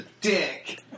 dick